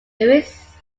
louis